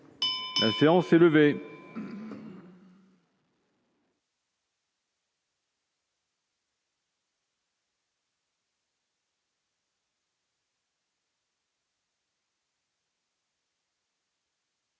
La séance est levée.